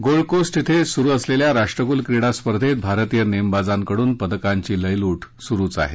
gold Coast इथे सुरू असलेल्या राष्ट्रकुल क्रीडा स्पर्धेत भारतीय नेमबाजांकडून पदकांची लयलूट सूरुच आहे